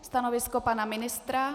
Stanovisko pana ministra?